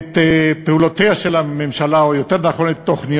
את פעולותיה של הממשלה, או יותר נכון את תוכניותיה